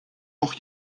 doch